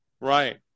right